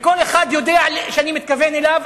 וכל אחד יודע שאני מתכוון אליו,